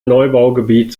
neubaugebiet